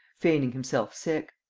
feigning himself sick.